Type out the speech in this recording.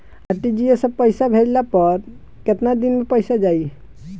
RTGS से पईसा भेजला पर केतना दिन मे पईसा जाई?